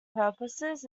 purposes